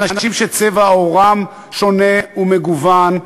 אנשים שצבע עורם שונה ומגוון,